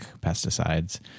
pesticides